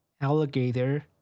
alligator